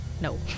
No